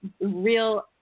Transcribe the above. real